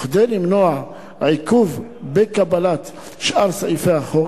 וכדי למנוע עיכוב בקבלת שאר סעיפי החוק,